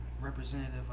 representative